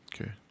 Okay